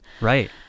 Right